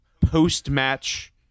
post-match